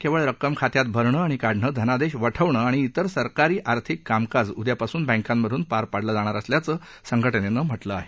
केवळ रक्कम खात्यात भरणं आणि काढणं धनादेश वठवणं आणि तेर सरकारी आर्थिक कामकाजं उद्यापासून बँकांमधून पार पाडली जाणार असल्याचं संघटनेनं म्हटलं आहे